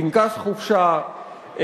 פנקס חופשה,